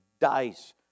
dice